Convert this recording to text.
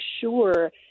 sure